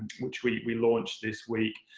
which we launched this week,